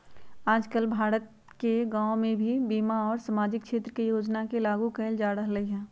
आजकल भारत के गांव में भी बीमा और सामाजिक क्षेत्र के योजना के लागू कइल जा रहल हई